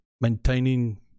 maintaining